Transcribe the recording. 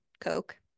coke